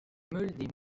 meules